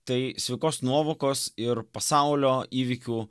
tai sveikos nuovokos ir pasaulio įvykių